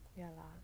ya lah